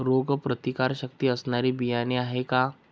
रोगप्रतिकारशक्ती असणारी बियाणे आहे का?